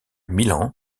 milan